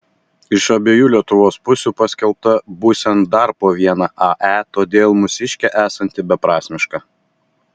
iš abiejų lietuvos pusių paskelbta būsiant dar po vieną ae todėl mūsiškė esanti beprasmiška